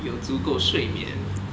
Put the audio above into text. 有足够睡眠